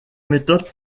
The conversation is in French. méthodes